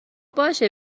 باشه